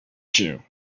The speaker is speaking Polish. się